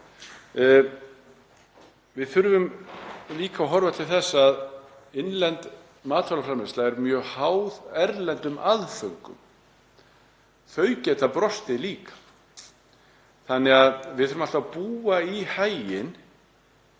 Við þurfum líka að horfa til þess að innlend matvælaframleiðsla er mjög háð erlendum aðföngum. Þau getur líka brostið. Við þurfum alltaf að búa í haginn